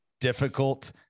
Difficult